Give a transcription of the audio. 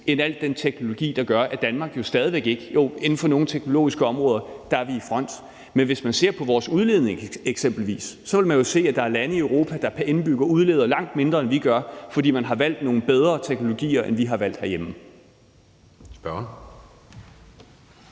end al den teknologi, der gør, at Danmark stadig væk ikke – jo, inden for nogle teknologiske områder – er i front. Hvis man ser på vores udledninger eksempelvis, vil man jo se, at der er lande i Europa, der pr. indbygger udleder langt mindre, end vi gør, fordi man har valgt nogle bedre teknologier, end vi har valgt herhjemme.